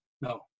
No